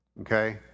Okay